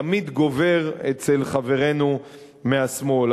תמיד גובר אצל חברינו מהשמאל.